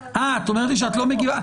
אה, את אומרת לי שאת לא מגיבה?